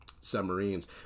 submarines